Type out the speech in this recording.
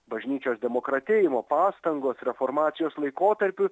bažnyčios demokratėjimo pastangos reformacijos laikotarpiu